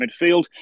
midfield